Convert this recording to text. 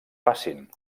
facen